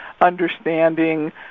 understanding